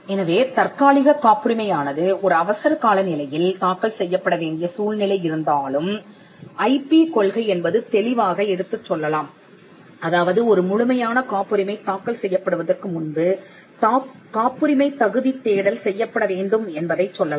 எனவே தற்காலிகக் காப்புரிமையானது ஒரு அவசர கால நிலையில் தாக்கல் செய்யப்பட வேண்டிய சூழ்நிலை இருந்தாலும் ஐபி கொள்கை என்பது தெளிவாக எடுத்துச் சொல்லலாம் அதாவது ஒரு முழுமையான காப்புரிமை தாக்கல் செய்யப்படுவதற்கு முன்பு காப்புரிமை தகுதித் தேடல் செய்யப்பட வேண்டும் என்பதைச் சொல்லலாம்